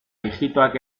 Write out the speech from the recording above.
ijitoak